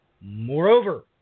Moreover